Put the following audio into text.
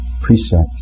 precept